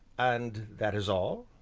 and that is all?